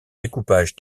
découpage